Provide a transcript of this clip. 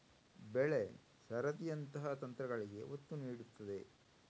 ಬೆಳೆ ಸರದಿಯಂತಹ ತಂತ್ರಗಳಿಗೆ ಒತ್ತು ನೀಡುತ್ತದೆ